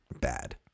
bad